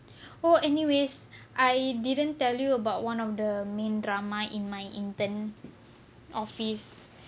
well anyways I didn't tell you about one of the main drama in my intern office